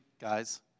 guys